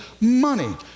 money